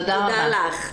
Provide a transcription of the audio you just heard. תודה לך.